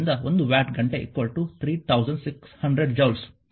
ಆದ್ದರಿಂದ 1 ವ್ಯಾಟ್ ಗಂಟೆ 3600 ಜೌಲ್ಸ್